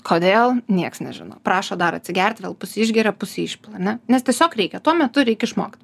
kodėl nieks nežino prašo dar atsigert vėl pusę išgeria pusę išpila ar ne nes tiesiog reikia tuo metu reik išmokt